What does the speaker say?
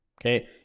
Okay